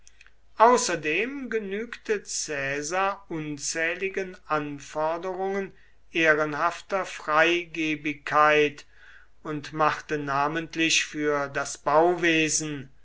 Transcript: außerdem genügte caesar unzähligen anforderungen ehrenhafter freigebigkeit und machte namentlich für das bauwesen